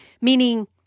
meaning